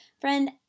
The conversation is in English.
Friend